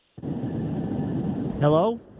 Hello